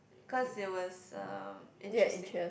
cause it was uh interesting